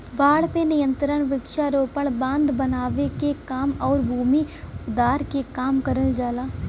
बाढ़ पे नियंत्रण वृक्षारोपण, बांध बनावे के काम आउर भूमि उद्धार के काम करल जाला